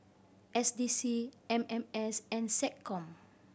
S D C M M S and SecCom